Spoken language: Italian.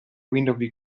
windows